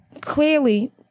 Clearly